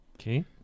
Okay